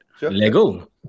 Lego